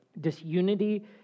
Disunity